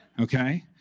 okay